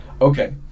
Okay